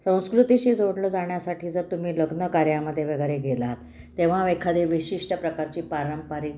संस्कृतीशी जोडलं जाण्यासाठी जर तुम्ही लग्नकार्यामध्ये वगैरे गेलात तेव्हा एखादे विशिष्ट प्रकारची पारंपरिक